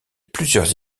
plusieurs